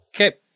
Okay